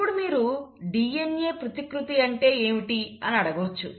ఇప్పుడు మీరు DNA ప్రతికృతి అంటే ఏమిటి అని అడగవచ్చు